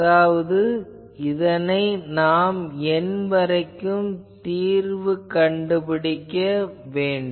அதாவது இதனை நாம் N வரைக்கும் தீர்வு கண்டுபிடிக்க வேண்டும்